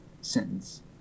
sentence